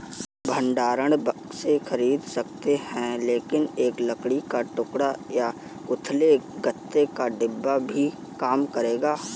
भंडारण बक्से खरीद सकते हैं लेकिन एक लकड़ी का टोकरा या उथले गत्ते का डिब्बा भी काम करेगा